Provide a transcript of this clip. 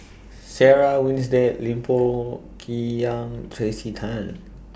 Sarah Winstedt Lim Pong Kim Yang Tracey Tan